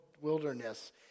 wilderness